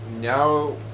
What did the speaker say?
now